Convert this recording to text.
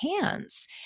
hands